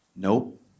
nope